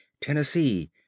Tennessee